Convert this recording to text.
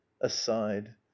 aside